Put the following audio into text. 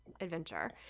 adventure